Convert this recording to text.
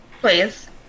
please